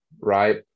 right